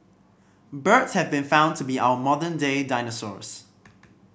birds have been found to be our modern day dinosaurs